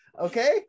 okay